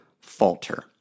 falter